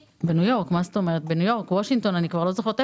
בניו יורק או בוושינגטון, אני כבר לא זוכרת איפה.